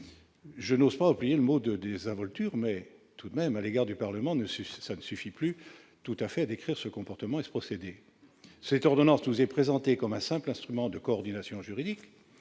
Je n'ose pas employer le mot « désinvolture » à l'égard du Parlement, même si ce terme ne suffit plus tout à fait à décrire ce comportement et ce procédé. Cette ordonnance nous est présentée comme un simple instrument de coordination juridique.